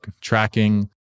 tracking